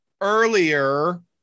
earlier